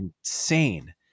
insane